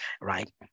right